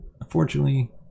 Unfortunately